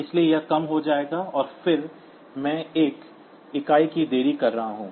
इसलिए यह कम हो जाएगा और फिर मैं एक इकाई की देरी कर रहा हूं